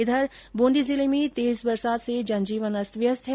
इधर बूंदी जिले में तेज बरसात से जनजीवन अस्तव्यस्त है